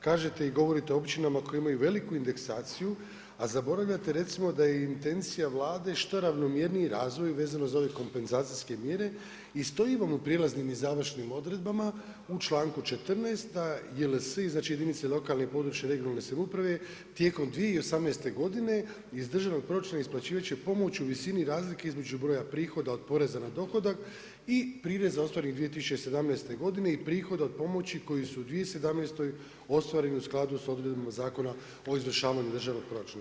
Kažete i govorite općinama koje imaju veliku indeksaciju, a zaboravljate recimo da je i intencija Vlade što ravnomjerniji razvoj vezano uz ove kompenzacijske mjere i stoji vam u prijelaznim i završnim odredbama u članku 14. jer svi, znači jedinice lokalne i područne (regionalne) samouprave tijekom 2018. godine iz državnog proračuna isplaćivat će pomoć u visini razlike između broja prihoda od poreza na dohodak i prireza ostvarenih 2017. godine i prihoda od pomoći koji su u 2017. ostvareni u skladu sa odredbama Zakona o izvršavanju državnog proračuna.